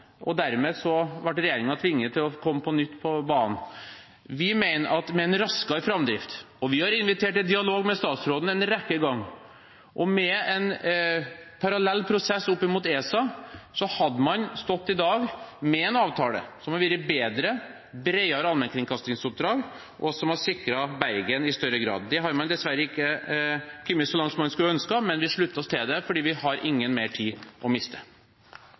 på nytt. Vi mener at med en raskere framdrift – vi har invitert til dialog med statsråden en rekke ganger – og med en parallell prosess opp mot ESA hadde man i dag stått med en avtale som hadde vært bedre, med bredere allmennkringkastingsoppdrag, og som hadde sikret Bergen i større grad. Der har man dessverre ikke kommet så langt som man skulle ønske, men vi slutter oss til det fordi vi ikke har mer tid å miste.